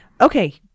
Okay